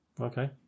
Okay